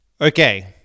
Okay